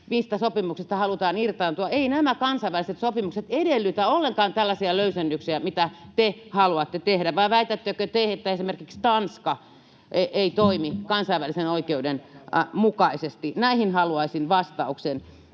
mistä sopimuksista halutaan irtaantua. Eivät nämä kansainväliset sopimukset edellytä ollenkaan tällaisia löysennyksiä, mitä te haluatte tehdä, vai väitättekö te, että esimerkiksi Tanska ei toimi kansainvälisen oikeuden mukaisesti? Näihin haluaisin vastauksen.